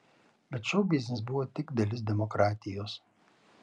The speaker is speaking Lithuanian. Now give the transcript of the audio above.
bet šou biznis buvo tik dalis demokratijos